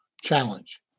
Challenge